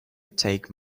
take